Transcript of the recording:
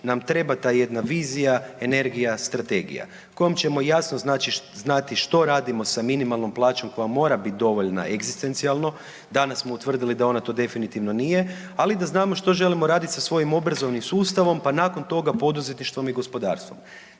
nam treba ta jedna vizija, energija, strategija kojoj ćemo jasno znati što radimo sa minimalnom plaćom koja mora biti dovoljna egzistencijalno, danas smo utvrdili da ona to definitivno nije, ali da znamo i što želimo raditi sa svojim obrazovnim sustavom, pa nakon toga poduzetništvom i gospodarstvom.